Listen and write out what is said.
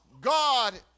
God